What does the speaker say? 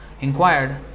inquired